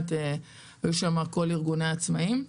היו שם כל ארגוני העצמאים.